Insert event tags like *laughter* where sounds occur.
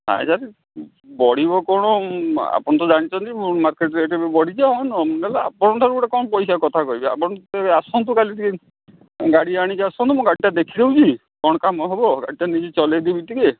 ନାଇଁ ସାର୍ ବଢ଼ିବ କ'ଣ ଆପଣ ତ ଜାଣିଛନ୍ତି ମାର୍କେଟ୍ ରେଟ୍ ଏବେ ବଢ଼ିଚି *unintelligible* ଆପଣଙ୍କ ଠାରୁ କଣ ପଇସା କଥା କହିବି ଆପଣ ଆସନ୍ତୁ କାଲି ଟିକେ ଗାଡ଼ି ଆଣିକି ଆସନ୍ତୁ ମୁଁ ଗାଡ଼ିଟା ଦେଖି ଦଉଛି କ'ଣ କାମ ହବ ଗାଡ଼ିଟା ନିଜେ ଚଲେଇଦେବି ଟିକେ